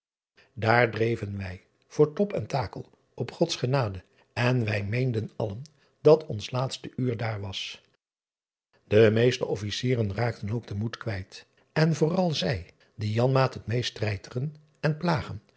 aar dreven wij voor top en takel op ods genade en wij meenden allen dat ons laatste uur daar was e meeste fficieren raakten ook den moed kwijt en vooral zij die anmaat het meest treiteren en plagen